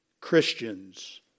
Christians